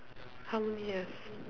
how many years